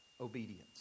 obedience